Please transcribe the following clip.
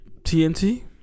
TNT